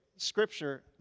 Scripture